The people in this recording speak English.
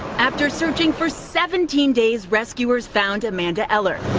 after searching for seventeen days rescuers found amanda eller.